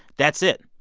that's it.